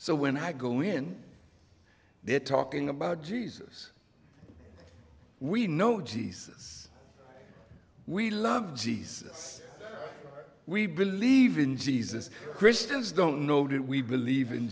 so when i go in there talking about jesus we know jesus we love jesus we believe in jesus christians don't know that we believe in